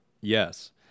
Yes